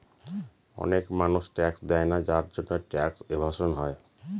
অনেক মানুষ ট্যাক্স দেয়না যার জন্যে ট্যাক্স এভাসন হয়